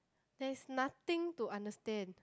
there's nothing to understand